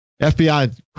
FBI